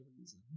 reason